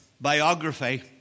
biography